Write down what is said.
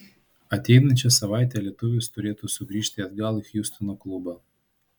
ateinančią savaitę lietuvis turėtų sugrįžti atgal į hjustono klubą